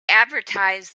advertised